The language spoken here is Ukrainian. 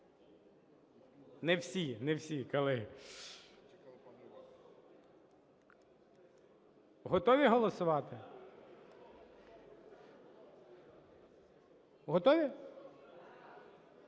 Не всі. Не всі, колеги. Готові голосувати? Готові?